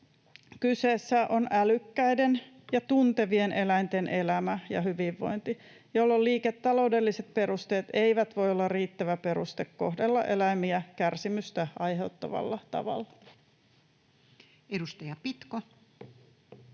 Kyseessä on älykkäiden ja tuntevien eläinten elämä ja hyvinvointi, jolloin liiketaloudelliset perusteet eivät voi olla riittävä peruste kohdella eläimiä kärsimystä aiheuttavalla tavalla. Edustaja Pitko.